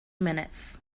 minutes